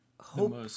hope